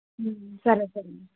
సరే సరే అమ్మా